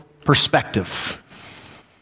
perspective